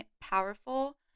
powerful